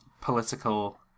Political